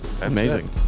Amazing